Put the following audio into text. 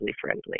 friendly